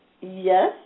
Yes